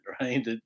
right